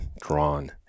drawn